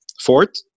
fort